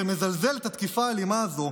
מזלזל בתקיפה האלימה הזו,